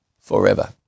forever